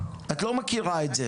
את לא מכירה את זה.